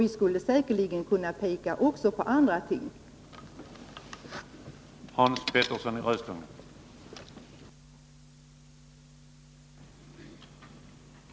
Man skulle säkerligen kunna peka också på andra lagar och bestämmelser.